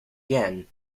yen